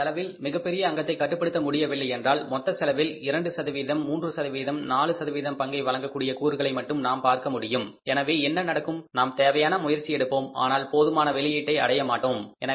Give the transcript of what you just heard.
நம்மால் செலவில் மிகப்பெரிய அங்கத்தை கட்டுப்படுத்த முடியவில்லை என்றால் மொத்த செலவில் 2 3 4 பங்கை வழங்கக்கூடிய கூறுகளை மட்டும் நாம் பார்க்க முடியும் எனவே என்ன நடக்கும் நாம் தேவையான முயற்சி எடுப்போம் ஆனால் போதுமான வெளியீட்டை அடைய மாட்டோம்